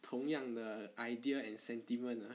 同样的 idea and sentiment uh